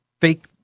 fake